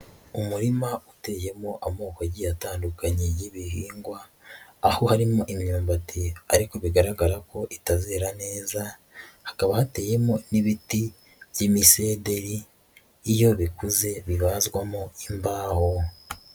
Umurima uteyemo amoko agiye atandukanye y'ibihingwa, aho harimo imyumbati ariko bigaragara ko itazera neza, hakaba hateyemo n'ibiti by'imisederi iyo bikuze bibazwamo imbaho.